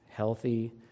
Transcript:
healthy